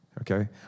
Okay